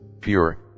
pure